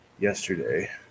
yesterday